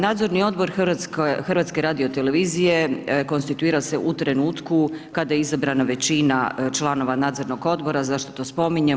Nadzorni odbor HRT-a konstituira se u trenutku kada je izabrana većina članova nadzornog odbora zašto to spominjem?